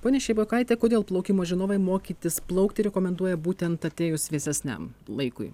ponia šeibokaite kodėl plaukimo žinovai mokytis plaukti rekomenduoja būtent atėjus vėsesniam laikui